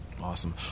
awesome